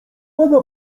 pana